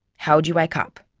how would you wake up?